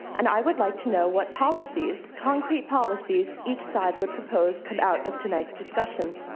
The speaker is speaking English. and i would like to know what policies, concrete policies, each side would propose come out of tonight's discussion.